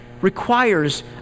requires